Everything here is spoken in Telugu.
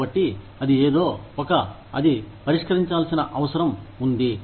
కాబట్టి అది ఏదో ఒక అది పరిష్కరించాల్సిన అవసరం ఉంది